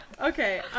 okay